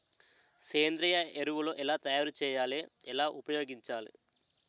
సేంద్రీయ ఎరువులు ఎలా తయారు చేయాలి? ఎలా ఉపయోగించాలీ?